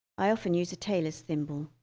i often use a tailor's thimble,